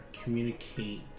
communicate